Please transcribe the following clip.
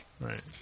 Right